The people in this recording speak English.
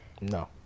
No